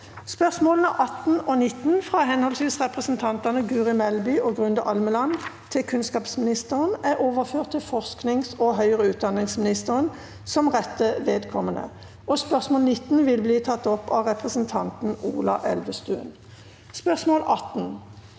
Spørsmåla 18 og 19, frå høvesvis representantane Guri Melby og Grunde Almeland til kunnskapsministeren, er overført til forskings- og høgare utdanningsministeren som rette vedkomande. Spørsmål 19 vil bli teke opp av representanten Ola Elvestuen. Sp ø rs må l 1